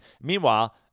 Meanwhile